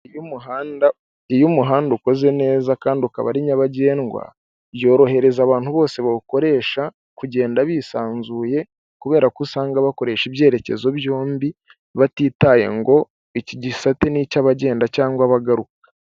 Iyo umuhanda ukozee neza kandi ukaba ari nyabagendwa byorohereza abantu bose bawukoresha kugenda bisanzuye kubera ko usanga bakoresha ibyerekezo byombi batitaye ngo iki gisate nicy'abagenda cyangwa bagarukake.